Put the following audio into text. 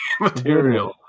material